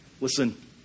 listen